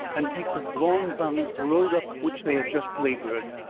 and take with long bounds the road up which they had just laboured.